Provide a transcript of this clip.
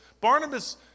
Barnabas